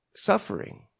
suffering